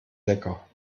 lecker